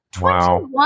Wow